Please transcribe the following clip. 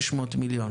600 מיליון